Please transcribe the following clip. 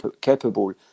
capable